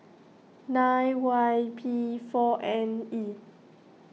nine Y P four N E